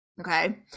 Okay